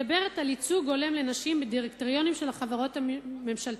מדברת על ייצוג הולם לנשים בדירקטוריונים של החברות הממשלתיות,